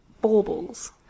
baubles